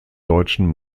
deutschen